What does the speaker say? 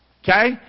Okay